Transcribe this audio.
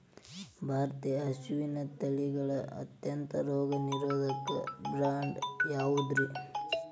ಭಾರತೇಯ ಹಸುವಿನ ತಳಿಗಳ ಅತ್ಯಂತ ರೋಗನಿರೋಧಕ ಬ್ರೇಡ್ ಯಾವುದ್ರಿ?